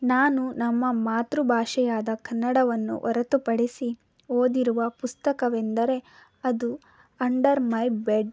ನಾನು ನಮ್ಮ ಮಾತೃಭಾಷೆಯಾದ ಕನ್ನಡವನ್ನು ಹೊರತುಪಡಿಸಿ ಓದಿರುವ ಪುಸ್ತಕವೆಂದರೆ ಅದು ಅಂಡರ್ ಮೈ ಬೆಡ್